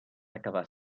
acabar